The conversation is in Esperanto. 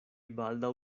baldaŭ